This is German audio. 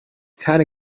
keine